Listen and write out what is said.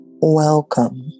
Welcome